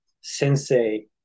sensei